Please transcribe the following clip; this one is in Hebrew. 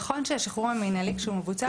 נכון שהשחרור המנהלי כשהוא מבוצע,